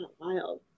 wild